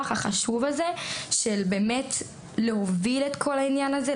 החשוב הזה של להוביל את כל העניין הזה,